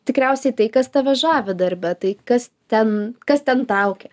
tikriausiai tai kas tave žavi darbe tai kas ten kas ten traukia